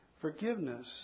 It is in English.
forgiveness